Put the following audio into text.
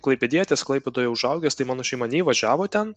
klaipėdietis klaipėdoje užaugęs tai mano šeima nei važiavo ten